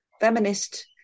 feminist